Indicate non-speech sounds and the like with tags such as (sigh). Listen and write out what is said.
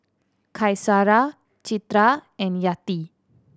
(unintelligible) Citra and Yati